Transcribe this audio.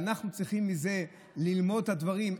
אנחנו צריכים ללמוד את הדברים,